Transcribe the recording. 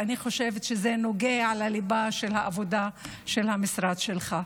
ואני חושבת שזה נוגע לליבה של העבודה של המשרד שלך.